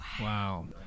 Wow